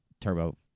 turbo